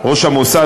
ראש המוסד,